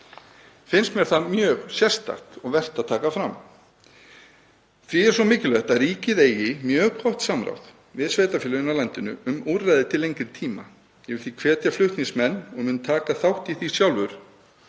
Finnst mér það mjög sérstakt og vert að taka fram. Því er svo mikilvægt að ríkið eigi mjög gott samráð við sveitarfélögin í landinu um úrræði til lengri tíma. Ég vil því hvetja flutningsmenn, og mun taka þátt í því sjálfur,